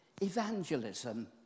evangelism